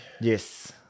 yes